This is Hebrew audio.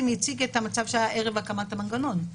הציג את המצב שהיה ערב הקמת המנגנון.